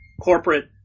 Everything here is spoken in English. corporate